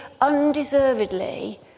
undeservedly